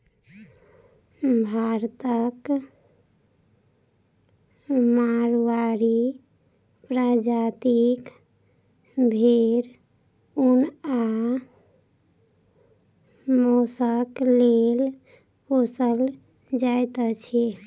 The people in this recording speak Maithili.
भारतक माड़वाड़ी प्रजातिक भेंड़ ऊन आ मौंसक लेल पोसल जाइत अछि